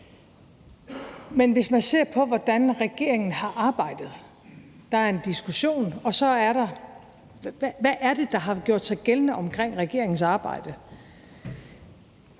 Hvis man ser på, hvordan regeringen har arbejdet – der er en diskussion, og så er der, hvad det er, der har gjort sig gældende omkring regeringens arbejde